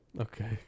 Okay